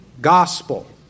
gospel